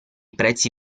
prezzi